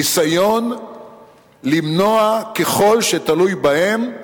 ניסיון למנוע, ככל שזה תלוי בהם,